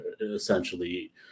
essentially